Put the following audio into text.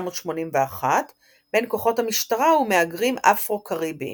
בין כוחות המשטרה ומהגרים אפרו־קריביים.